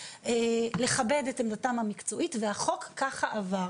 לכבד את עמדתם המקצועית והחוק ככה עבר.